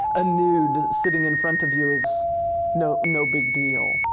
a nude sitting in front of you is no no big deal,